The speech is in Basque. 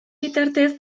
bitartez